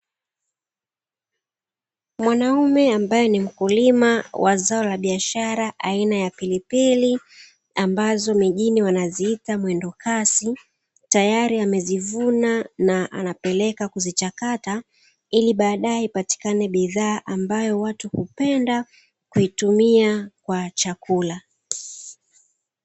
Mwanaume ambaye ni mkulima wa zao la biashara aina ya pilipili, ambazo mijini wanaziita mwendokasi tayari amezivuna na anapeleka kuzichakata, ili baadaye ipatikane bidhaa ambayo watu hupenda kuitumia kwa chakula.